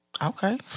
Okay